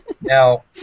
Now